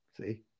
See